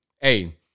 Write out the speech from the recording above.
Hey